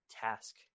task